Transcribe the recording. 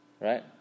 Right